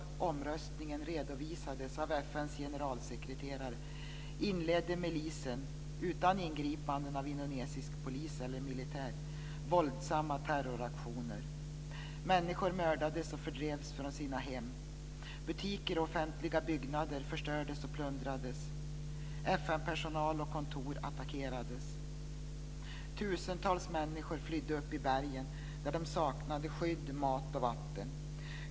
FN:s generalsekreterare inledde milisen utan ingripanden av indonesisk polis eller militär våldsamma terroraktioner. Människor mördades och fördrevs från sina hem. Butiker och offentliga byggnader förstördes och plundrades. FN-personal och kontor attackerades. Tusentals människor flydde upp i bergen, där de saknade skydd, mat och vatten.